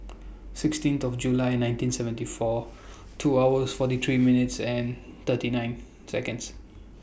sixteenth of July nineteen seventy four two hours forty three minutes and thirty eight Seconds